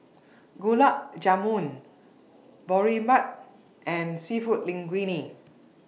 Gulab Jamun Boribap and Seafood Linguine